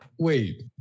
Wait